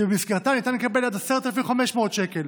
שבמסגרתה ניתן לקבל עד 10,500 שקל.